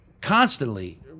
constantly